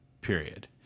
Period